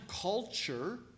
culture